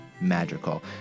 magical